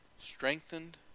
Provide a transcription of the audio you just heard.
Strengthened